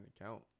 account